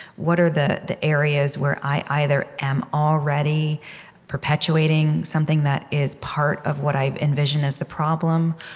what are the the areas where i either am already perpetuating something that is part of what i envision as the problem,